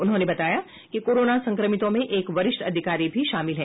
उन्होंने बताया कि कोरोना संक्रमितों में एक वरिष्ट अधिकारी भी शामिल हैं